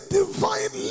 divine